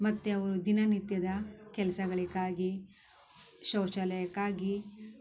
ಮತ್ತು ಅವ್ರ ದಿನ ನಿತ್ಯದ ಕೆಲ್ಸಗಳಿಗಾಗಿ ಶೌಚಾಲಯಕ್ಕಾಗಿ